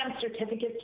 certificates